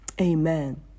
Amen